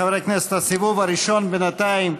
חברי הכנסת, הסיבוב הראשון בינתיים: